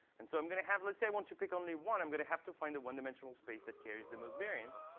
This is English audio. and so i'm going to have let's say i to pick only one, i'm going to have to find the one dimensional space that carries the most variance.